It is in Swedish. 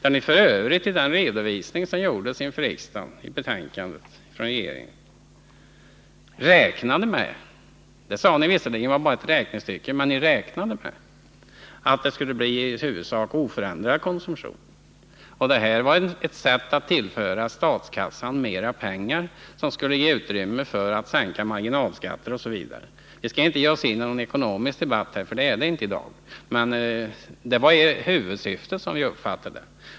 I den redovisning som från regeringshåll gjordes inför riksdagen räknade ni med — ni sade visserligen att det bara var ett räkneexempel— att det i huvudsak skulle bli en oförändrad konsumtion. Det här var ett sätt att tillföra statskassan mer pengar, som skulle ge utrymme för att sänka marginalskatter osv. Vi skall inte ge oss in i någon ekonomisk debatt — någon sådan skall inte föras i dag — men vi uppfattade att detta var huvudsyftet med förslaget.